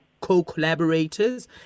co-collaborators